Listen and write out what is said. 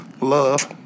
Love